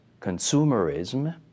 consumerism